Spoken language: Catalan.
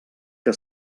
que